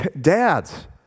Dads